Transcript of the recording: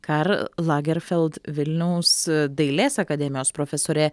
karl lagerfeld vilniaus dailės akademijos profesorė